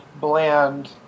bland